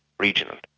regional.